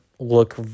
look